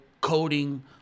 coding